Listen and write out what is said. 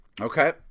Okay